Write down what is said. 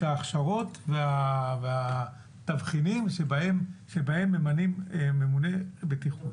ההכשרות והתבחינים שבהם ממנים ממוני בטיחות.